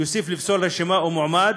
זה יוסיף לפסול רשימה או מועמד?